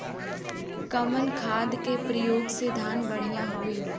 कवन खाद के पयोग से धान बढ़िया होई?